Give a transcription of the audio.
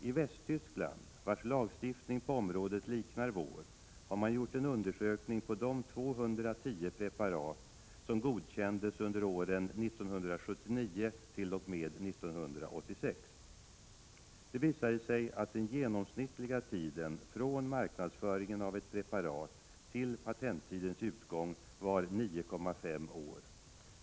I Västtyskland, där lagstiftningen på detta område liknar vår, har man undersökt de 210 preparat som godkändes under åren 1979-1986. Det visade sig att den genomsnittliga tiden från det att man började med marknadsföringen av ett preparat till patenttidens utgång var nio och ett halvt år.